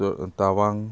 টাৱাং